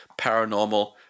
paranormal